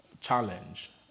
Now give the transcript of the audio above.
challenge